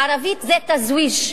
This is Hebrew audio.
בערבית זה "תַזוויג'".